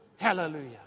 Hallelujah